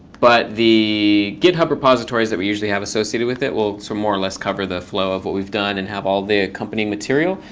but the github repositories that we usually have associated with it will more or less cover the flow of what we've done and have all the accompanying material.